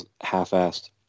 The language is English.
half-assed